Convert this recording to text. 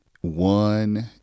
one